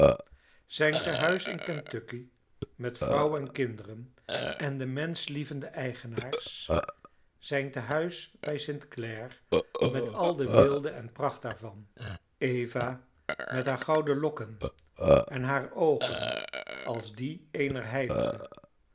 zijn tehuis in kentucky met vrouw en kinderen en de menschlievende eigenaars zijn tehuis bij st clare met al de weelde en pracht daarvan eva met haar gouden lokken en haar oogen als die